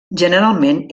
generalment